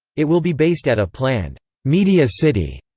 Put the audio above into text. it will be based at a planned media city.